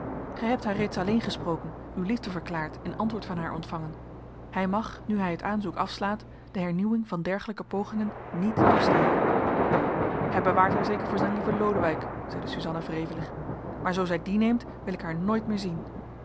gij hebt haar reeds alleen gesproken uw liefde verklaard en antwoord van haar ontvangen hij mag nu hij het aanzoek afslaat de hernieuwing van dergelijke pogingen niet toestaan hij bewaart haar zeker voor zijn lieven lodewijk zeide suzanna wrevelig maar zoo zij dien neemt wil ik haar nooit meer zien